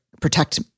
protect